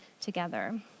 together